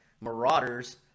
marauders